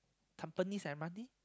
tampines m_r_t